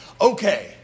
Okay